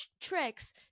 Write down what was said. tricks